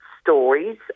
stories